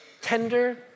tender